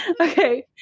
Okay